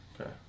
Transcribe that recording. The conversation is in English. Okay